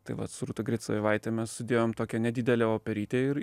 tai vat su rūta gricajevaite mes sudėjom tokią nedidelę operytę ir